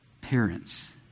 parents